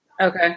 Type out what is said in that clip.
Okay